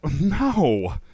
No